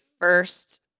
first